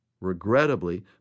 Regrettably